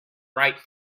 right